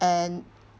and